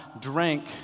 drank